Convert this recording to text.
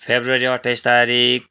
फरवरी अट्ठाइस तारिक